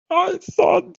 thought